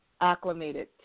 acclimated